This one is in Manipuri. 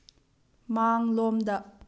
ꯃꯥꯡꯂꯣꯝꯗ